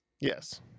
Yes